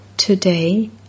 Today